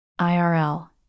IRL